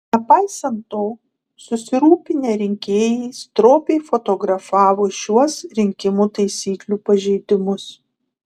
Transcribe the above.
nepaisant to susirūpinę rinkėjai stropiai fotografavo šiuos rinkimų taisyklių pažeidimus